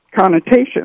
connotation